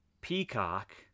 Peacock